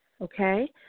okay